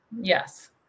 Yes